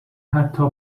حتا